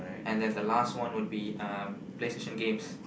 and then the last one would be um Play-Station games